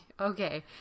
Okay